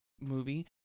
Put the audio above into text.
movie